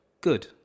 good